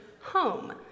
home